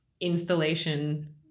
installation